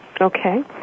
okay